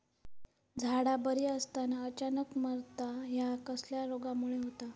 झाडा बरी असताना अचानक मरता हया कसल्या रोगामुळे होता?